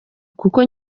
kuko